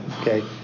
okay